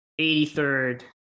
83rd